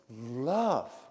love